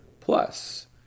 plus